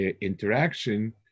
interaction